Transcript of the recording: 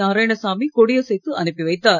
நாராயணசாமி கொடி அசைத்து அனுப்பி வைத்தார்